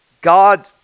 God